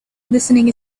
listening